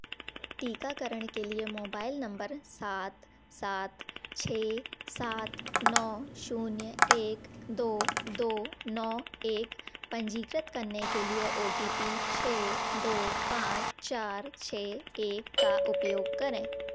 टीकाकरण के लिए मोबाइल नंबर सात सात छः सात नो शून्य एक दो दो नो एक पंजीकृत करने के लिए ओ टी पी छः दो पाँच चार छः एक का उपयोग करें